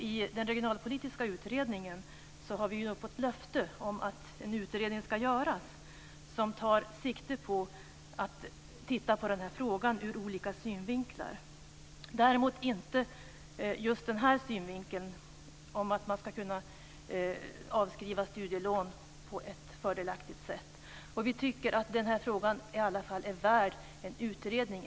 I den regionalpolitiska utredningen har vi fått löfte om att en utredning ska göras som tar sikte på att undersöka den här frågan ur olika synvinklar, däremot inte just den synvinkeln att man ska kunna avskriva studielån på ett fördelaktigt sätt. Vi tycker att den här frågan i alla fall är värd en utredning.